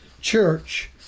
church